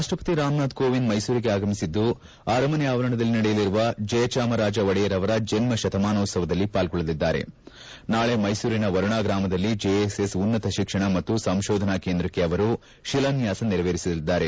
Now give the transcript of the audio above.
ರಾಷ್ಟವತಿ ರಾಮನಾಥ್ ಕೋಎಂದ್ ಮೈಸೂರಿಗೆ ಆಗಮಿಸಿದ್ದು ಆರಮನೆ ಆವರಣದಲ್ಲಿ ನಡೆಯಲಿರುವ ಜಯಚಾಮರಾಜ ಒಡೆಯರ್ ಅವರ ಜನ್ಮ ರತಮಾನೋತ್ಸವದಲ್ಲಿ ಪಾಲ್ಗೊಳ್ಳಲಿದ್ದಾರೆ ನಾಳೆ ಮೈಸೂರಿನ ವರುಣಾ ಗ್ರಾಮದಲ್ಲಿ ಜೆಎಸ್ಎಸ್ ಉನ್ನತ ಶಿಕ್ಷಣ ಮತ್ತು ಸಂಶೋಧನಾ ಕೇಂದ್ರಕ್ಕೆ ಅವರು ಶಿಲಾನ್ತಾಸ ನೆರವೇರಿಸಲಿದ್ದಾರೆ